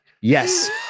yes